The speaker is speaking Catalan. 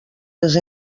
les